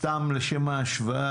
סתם לשם ההשוואה,